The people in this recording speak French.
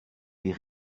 les